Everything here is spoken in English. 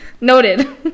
Noted